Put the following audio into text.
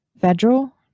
Federal